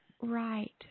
Right